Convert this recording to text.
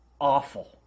awful